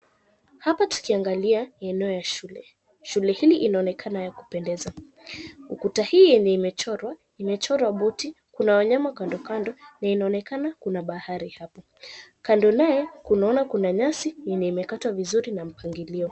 Hapa tukiangalia ni eneo la shule. Shule hili inaonekana ya kupendeza. Ukuta hii yenye imechorwa imechorwa boti. Kuna wanyama kando kando na inaonekana kuna bahari hapa. Kando naye unaona kuna nyasi yenye imekatwa vizuri na mpangilio.